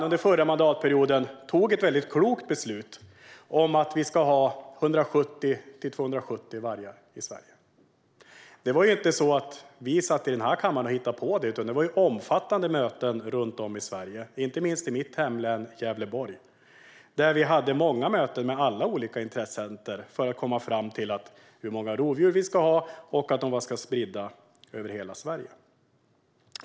Under förra mandatperioden fattade riksdagen ett klokt beslut om att vi ska ha 170-270 vargar i Sverige. Det var inte så att vi satt i den här kammaren och hittade på det, utan det var omfattande möten runt om i Sverige, inte minst i mitt hemlän, Gävleborg. Där hade vi många möten med alla olika intressenter för att komma fram till hur många rovdjur vi ska ha och att de ska vara spridda över hela Sverige.